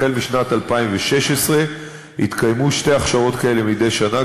החל משנת 2016 יתקיימו שתי הכשרות כאלה מדי שנה,